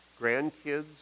grandkids